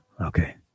okay